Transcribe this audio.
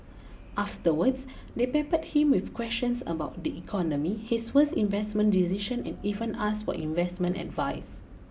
afterwards they peppered him with questions about the economy his worst investment decision and even asked for investment advice